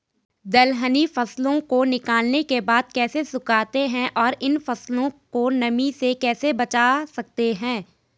दलहनी फसलों को निकालने के बाद कैसे सुखाते हैं और इन फसलों को नमी से कैसे बचा सकते हैं?